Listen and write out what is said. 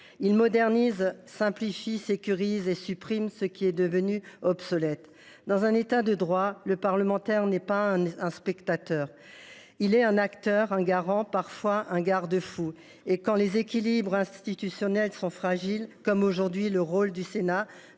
Il modernise, simplifie, sécurise et supprime ce qui est devenu obsolète. Dans un État de droit, le Parlement n’est pas un spectateur. Il est un acteur, un garant, parfois un garde fou. Quand les équilibres institutionnels sont fragiles, comme c’est le cas de nos